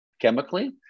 chemically